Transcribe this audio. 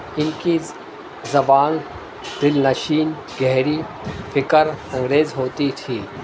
ان کی زبان دلنشین گہری فکر انگیز ہوتی تھی